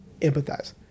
empathize